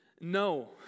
No